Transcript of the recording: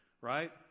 right